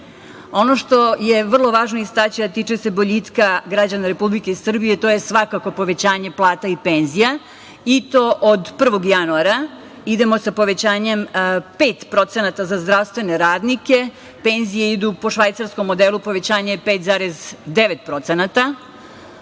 što je vrlo važno istaći, a tiče se boljitka građana Republike Srbije, to je svakako povećanje plata i penzija, i to od 1. januara idemo sa povećanjem 5% za zdravstvene radnike, penzije idu po švajcarskom modelu, povećanje je 5,9%.